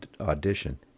Audition